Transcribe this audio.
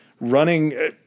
running